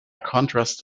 contrast